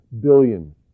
billion